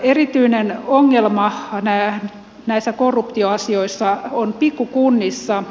erityinen ongelma näissä korruptioasioissa on pikkukunnissa